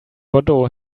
bordeaux